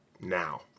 now